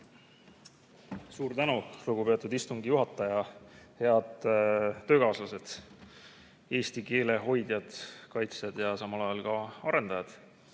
Suur tänu, lugupeetud istungi juhataja! Head töökaaslased, eesti keele hoidjad, kaitsjad ja samal ajal ka arendajad!